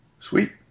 Sweet